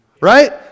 Right